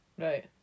Right